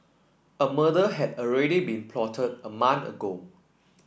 a murder had already been plotted a month ago